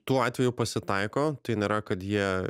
tų atvejų pasitaiko tai nėra kad jie